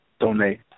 donate